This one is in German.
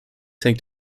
hängt